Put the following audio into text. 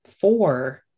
four